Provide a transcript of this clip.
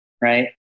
right